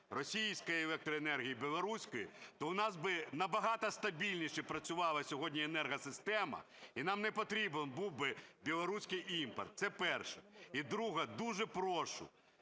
російської електроенергії, білоруської, то у нас би набагато стабільніше працювала сьогодні енергосистема і нам не потрібен був би білоруський імпорт. Це перше. І друге. Дуже прошу